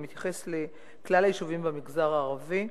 זה מתייחס לכלל היישובים במגזר הערבי,